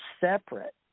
separate